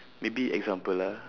maybe example lah